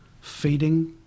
feeding